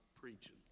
preaching